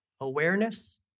Awareness